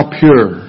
pure